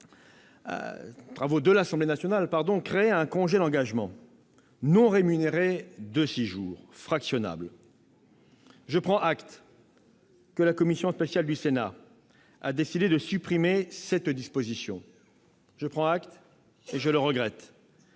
travaux de l'Assemblée nationale, créait un congé d'engagement non rémunéré de six jours fractionnables. La commission spéciale du Sénat a décidé de supprimer cette disposition ; j'en prends acte et je le regrette.